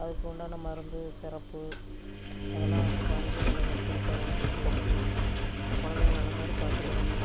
அதுக்குண்டான மருந்து சிரப்பு அதெல்லாம் வாங்கி நல்லா உ கொடுக்கணும் பிள்ளைக்கி குழந்தைய நல்ல மாதிரி பார்த்துக்கிடணும்